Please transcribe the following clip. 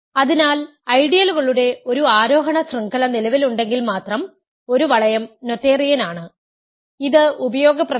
അതിനാൽ ഐഡിയലുകളുടെ ഒരു ആരോഹണ ശൃംഖല നിലവിലുണ്ടെങ്കിൽ മാത്രം ഒരു വളയം നോതെറിയൻ ആണ് ഇത് ഉപയോഗപ്രദമാണ്